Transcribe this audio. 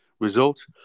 result